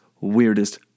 weirdest